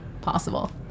possible